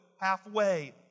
halfway